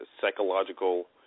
psychological